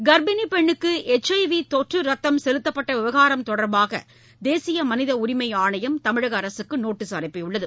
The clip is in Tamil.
கர்ப்பிணிபெண்ணுக்குஎச்ஐவிதொற்றூத்தம் செலுத்தப்பட்டவிவகாரம் தொடர்பாகதேசியமளிதஉரிமைஆணையம் தமிழகஅரசுக்குநோட்டஸ் அனுப்பிஉள்ளது